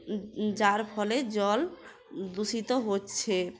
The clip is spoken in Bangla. যার ফলে জল দূষিত হচ্ছে